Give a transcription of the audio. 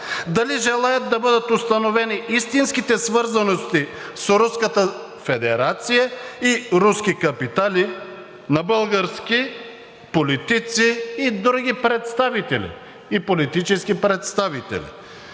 дали желаят да бъдат установени истинските свързаности с Руската федерация и руски капитали на български политици и други представители, и политически представители.